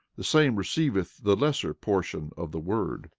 the same receiveth the lesser portion of the word